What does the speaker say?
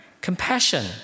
Compassion